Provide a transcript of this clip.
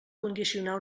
condicionar